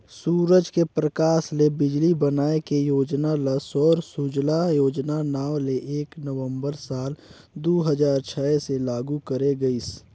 सूरज के परकास ले बिजली बनाए के योजना ल सौर सूजला योजना नांव ले एक नवंबर साल दू हजार छै से लागू करे गईस